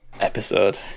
episode